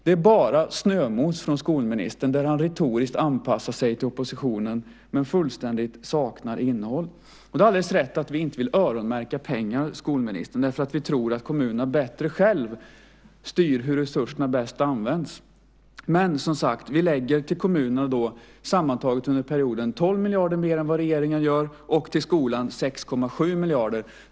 Det är bara snömos från skolministern där han retoriskt anpassar sig till oppositionen men fullständigt saknar innehåll. Det är alldeles riktigt att vi inte vill öronmärka pengar, skolministern, därför att vi tror att kommunerna bättre själva styr hur resurserna bäst används. Men, som sagt, vi lägger till kommunerna sammantaget under perioden 12 miljarder mer än regeringen och till skolan 6,7 miljarder.